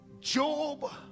job